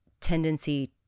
tendency